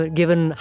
given